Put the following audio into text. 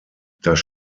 das